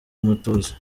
umutuzo